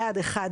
יעד אחד,